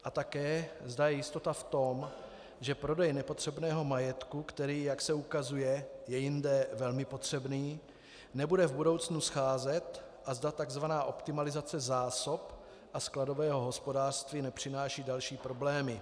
A také, zda je jistota v tom, že prodej nepotřebného majetku, který, jak se ukazuje, je jinde velmi potřebný, nebude v budoucnu scházet a zda takzvaná optimalizace zásob a skladového hospodářství nepřináší další problémy.